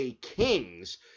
Kings